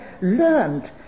learned